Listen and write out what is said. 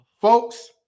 Folks